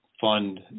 fund